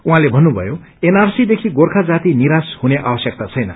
उहाँले भन्नुभयो एनआरसी देखि गोरखा जाति निराश हुने आवश्यकता छैन